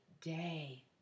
Day